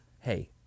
Hey